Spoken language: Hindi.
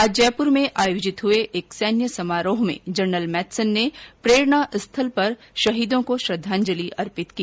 आज जयपूर में आयोजित हुए एक सैन्य समारोह में जनरल मैथसन ने प्रेरणा स्थल पर शहिदों को श्रद्वाजलि अर्पित की